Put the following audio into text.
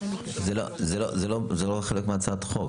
זה לא חלק מהצעת החוק.